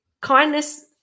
kindness